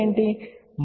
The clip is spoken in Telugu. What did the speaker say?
ఇప్పుడు I అంటే ఏమిటి